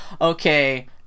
Okay